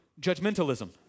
judgmentalism